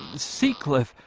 sea cliff,